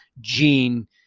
gene